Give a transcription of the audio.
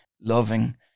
loving